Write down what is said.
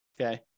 okay